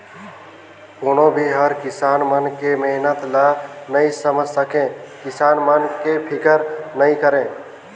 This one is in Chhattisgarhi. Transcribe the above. कोनो भी हर किसान मन के मेहनत ल नइ समेझ सके, किसान मन के फिकर नइ करे